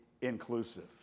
inclusive